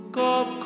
God